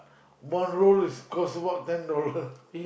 one roll is cost what ten dollars